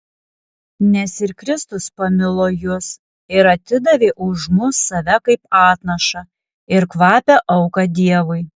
nes ir kristus pamilo jus ir atidavė už mus save kaip atnašą ir kvapią auką dievui